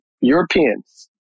Europeans